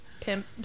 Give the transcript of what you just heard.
pimp